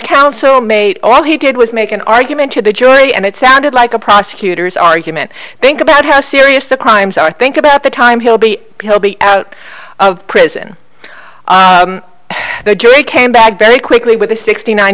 counsel made all he did was make an argument to the jury and it sounded like a prosecutor's argument think about how serious the crimes are think about the time he'll be he'll be out of prison the jury came back very quickly with a sixty nine